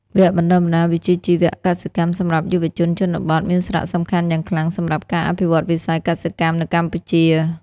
វគ្គបណ្តុះបណ្តាលវិជ្ជាជីវៈកសិកម្មសម្រាប់យុវជនជនបទមានសារៈសំខាន់យ៉ាងខ្លាំងសម្រាប់ការអភិវឌ្ឍវិស័យកសិកម្មនៅកម្ពុជា។